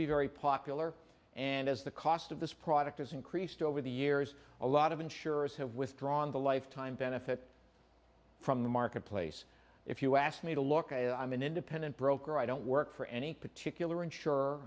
be very popular and as the cost of this product has increased over the years a lot of insurers have withdrawn the lifetime benefit from the marketplace if you ask me to look i'm an independent broker i don't work for any particular insure